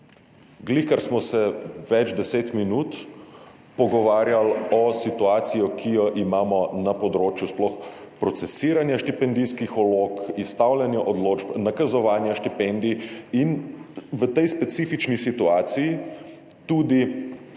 Ravnokar smo se več deset minut pogovarjali o situaciji, ki jo imamo na področju sploh procesiranja štipendijskih vlog, izstavljanja odločb, nakazovanja štipendij, in v tej specifični situaciji tudi